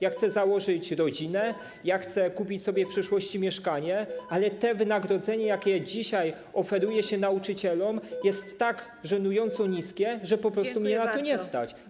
Ja chcę założyć rodzinę, chcę kupić sobie w przyszłości mieszkanie, ale to wynagrodzenie, jakie dzisiaj oferuje się nauczycielom, jest tak żenująco niskie, że po prostu mnie na to nie stać.